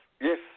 yes